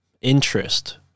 interest